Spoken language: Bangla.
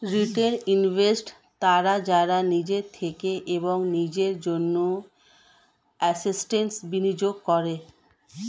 রিটেল ইনভেস্টর্স তারা যারা নিজের থেকে এবং নিজের জন্য অ্যাসেট্স্ বিনিয়োগ করে